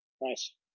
nice